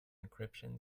encryption